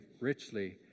richly